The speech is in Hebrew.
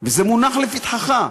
וזה מונח לפתחך.